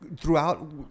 throughout